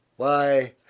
why,